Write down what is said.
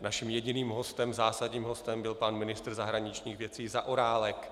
Naším jediným hostem, zásadním hostem, byl pan ministr zahraničních věcí Zaorálek.